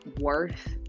worth